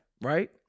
Right